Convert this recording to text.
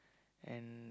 and